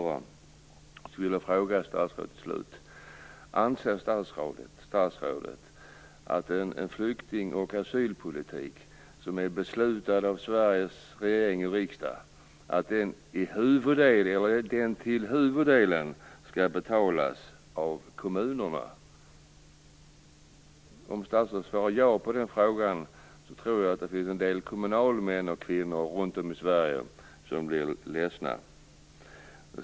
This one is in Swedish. Jag vill fråga statsrådet: Anser statsrådet att en flykting och asylpolitik som är beslutad av Sveriges regering och riksdag till huvuddelen skall betalas av kommunerna? Om statsrådet svarar ja på den frågan är det nog många kommunalmän och kommunalkvinnor runt om i Sverige som blir ledsna.